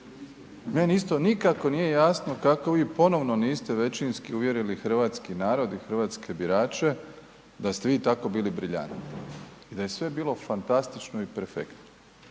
Meni isto nikako nije jasno kako vi ponovno niste većinski uvjerili hrvatski narod i hrvatske birače da ste vi tako bili briljantni i da je sve bilo fantastično i perfektno,